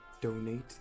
donate